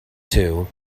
two